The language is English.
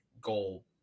goal